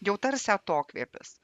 jau tarsi atokvėpis